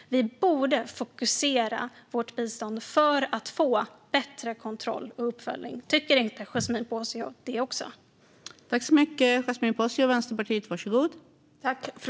Vi borde fokusera vårt bistånd för att få bättre kontroll och uppföljning. Tycker inte Yasmine Posio också det?